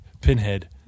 Pinhead